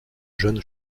jeune